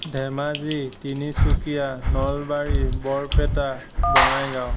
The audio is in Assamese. ধেমাজি তিনিচুকীয়া নলবাৰী বৰপেটা বঙাইগাঁও